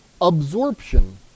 Absorption